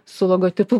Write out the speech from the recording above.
su logotipu